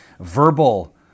verbal